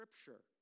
scripture